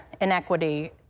inequity